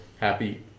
happy